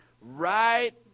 right